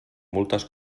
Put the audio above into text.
multes